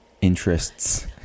Interests